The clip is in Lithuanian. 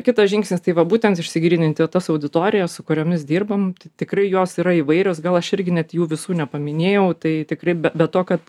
kitas žingsnis tai va būtent išsigryninti tas auditorijas su kuriomis dirbam tai tikrai jos yra įvairios gal aš irgi net jų visų nepaminėjau tai tikrai be be to kad